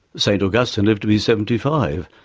saint augustine lived to be seventy five,